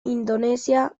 indonesia